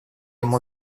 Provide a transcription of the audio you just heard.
ему